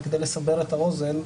רק כדי לסבר את האוזן,